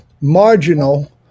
marginal